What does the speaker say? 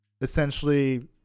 essentially